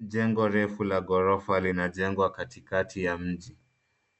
Jengo refu la ghorofa linajengwa katikati ya mji.